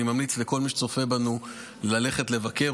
אני ממליץ לכל מי שצופה בנו ללכת לבקר.